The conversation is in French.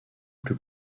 plus